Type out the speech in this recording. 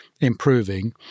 improving